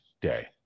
day